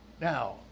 Now